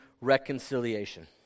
reconciliation